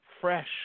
fresh